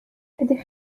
ydych